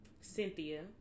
Cynthia